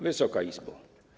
Wysoka Izbo!